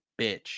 bitch